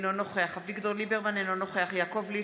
אינו נוכח אביגדור ליברמן, אינו נוכח יעקב ליצמן,